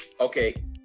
okay